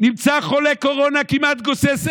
נמצא חולה קורונה כמעט גוסס,